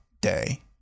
day